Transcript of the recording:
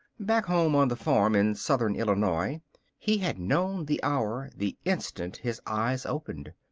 back home on the farm in southern illinois he had known the hour the instant his eyes opened.